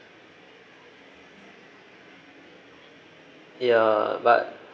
ya but